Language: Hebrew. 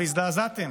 והזדעזעתם.